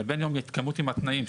לבין יום ההתקיימות עם התנאים,